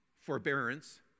forbearance